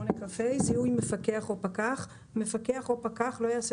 88כה.זיהוי מפקח או פקח מפקח או פקח לא יעשה